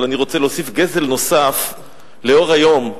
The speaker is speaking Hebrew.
אבל אני רוצה להוסיף גזל נוסף לאור היום,